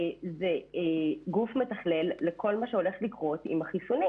זה גוף מתכלל לכל מה שהולך לקרות עם החיסונים